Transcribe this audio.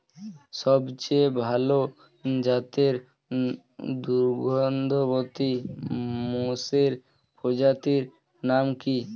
সবচেয়ে ভাল জাতের দুগ্ধবতী মোষের প্রজাতির নাম কি?